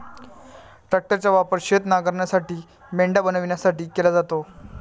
ट्रॅक्टरचा वापर शेत नांगरण्यासाठी, मेंढ्या बनवण्यासाठी केला जातो